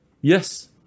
yes